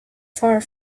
far